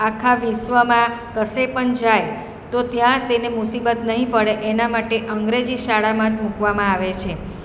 આખા વિશ્વમાં કશે પણ જાય તો ત્યાં તેને મુસીબત નહીં પડે એના માટે અંગ્રેજી શાળામાં જ મૂકવામાં આવે છે